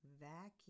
vacuum